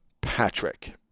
Patrick